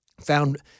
found